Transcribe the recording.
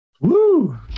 Woo